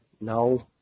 No